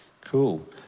Cool